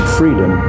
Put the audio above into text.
freedom